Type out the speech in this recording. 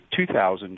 2,000